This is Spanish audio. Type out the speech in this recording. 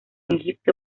egipto